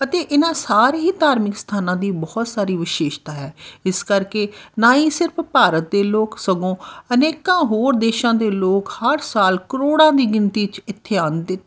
ਅਤੇ ਇਹਨਾਂ ਸਾਰੇ ਹੀ ਧਾਰਮਿਕ ਸਥਾਨਾਂ ਦੀ ਬਹੁਤ ਸਾਰੀ ਵਿਸ਼ੇਸ਼ਤਾ ਹੈ ਇਸ ਕਰਕੇ ਨਾ ਹੀ ਸਿਰਫ ਭਾਰਤ ਦੇ ਲੋਕ ਸਗੋਂ ਅਨੇਕਾਂ ਹੋਰ ਦੇਸ਼ਾਂ ਦੇ ਲੋਕ ਹਰ ਸਾਲ ਕਰੋੜਾਂ ਦੀ ਗਿਣਤੀ 'ਚ ਇੱਥੇ ਆਉਂਦੇ